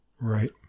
Right